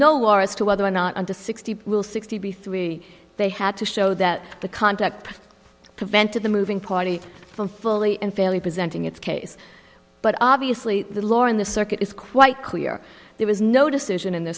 no law as to whether or not under sixty will sixty three they had to show that the contract prevented the moving party from fully and fairly presenting its case but obviously the law in the circuit is quite clear there was no decision in the